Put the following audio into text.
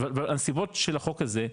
אבל הנסיבות של החוק הזה,